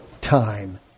time